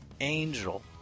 Angel